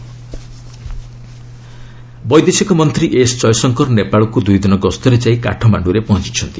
Nepal Jaishankar visit ବୈଦେଶିକ ମନ୍ତ୍ରୀ S Jaishankar ନେପାଳକୁ ଦୁଇ ଦିନ ଗସ୍ତରେ ଯାଇ କାଠମାଣ୍ଡୁରେ ପହଞ୍ଚୁଛନ୍ତି